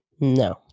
No